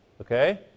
Okay